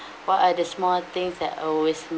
what are the small things that always